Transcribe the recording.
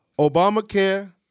Obamacare